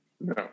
No